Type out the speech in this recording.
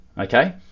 okay